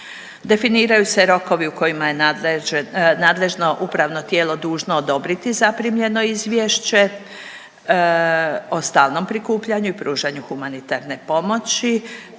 Definiraju se rokovi u kojima je nadležno upravno tijelo dužno odobriti zaprimljeno izvješće o stalnom prikupljanju i pružanju humanitarne pomoći